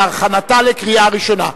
להכנתה לקריאה שנייה ושלישית.